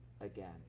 again